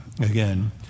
again